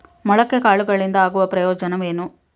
ಮೊಳಕೆ ಕಾಳುಗಳಿಂದ ಆಗುವ ಪ್ರಯೋಜನವೇನು?